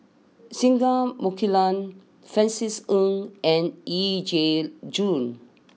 Singai Mukilan Francis Ng and Yee Jenn Jong